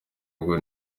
ngo